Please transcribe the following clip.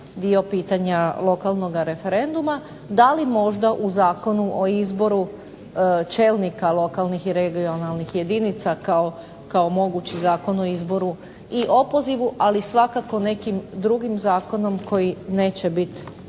dio pitanja lokalnoga referenduma. Da li možda u Zakonu o izboru čelnika lokalnih i regionalnih jedinica kao mogući Zakon o izboru i opozivu, ali svakako nekim drugim zakonom koji neće biti